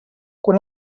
quan